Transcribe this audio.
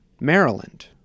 Maryland